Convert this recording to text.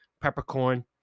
peppercorn